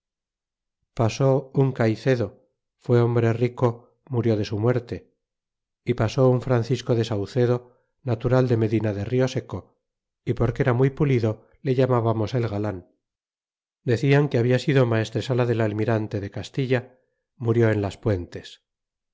pasó un caicedo fué hombre rico murió de su muerte y pasó un francisco de saucedo natural de medina de rioseco y porque era muy pulido le llamábamos el galan decian que habia sido maestresala del almirante de castilla murió en las puentes